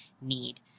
need